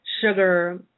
sugar